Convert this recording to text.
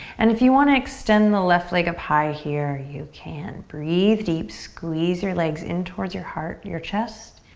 and if you want to extend the left leg up high here, you can. breathe deep, squeeze your legs in towards your heart, your chest.